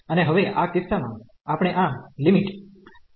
અને હવે આ કિસ્સા મા આપણે આ ફરથી લઈશું